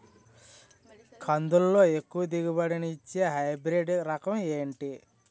కందుల లో ఎక్కువ దిగుబడి ని ఇచ్చే హైబ్రిడ్ రకం ఏంటి?